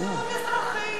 שילכו לשירות אזרחי.